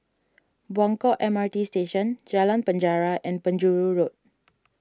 Buangkok M R T Station Jalan Penjara and Penjuru Road